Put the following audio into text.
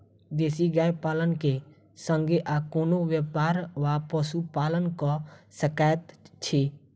देसी गाय पालन केँ संगे आ कोनों व्यापार वा पशुपालन कऽ सकैत छी?